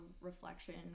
reflection